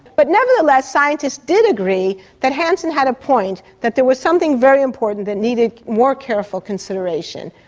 but nevertheless, scientists did agree that hansen had a point, that there was something very important that needed more careful consideration.